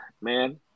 man